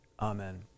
Amen